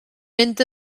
mynd